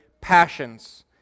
passions